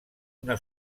una